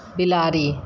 बिलाड़ि